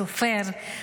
סופר,